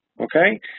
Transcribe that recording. okay